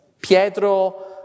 Pietro